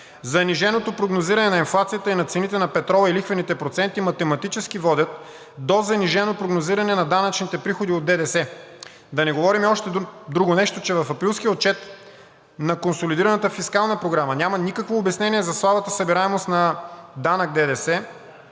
Заниженото прогнозиране на инфлацията и на цените на петрола и лихвените проценти математически водят до занижено прогнозиране на данъчните приходи от ДДС. Да не говорим и още друго нещо, че в априлския отчет на консолидираната фискална програма няма никакво обяснение за слабата събираемост на данък ДДС